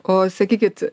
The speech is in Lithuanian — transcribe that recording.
o sakykit